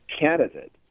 candidate